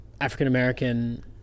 African-American